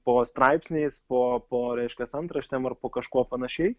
po straipsniais po po reiškias antraštėm ar po kažkuo panašiai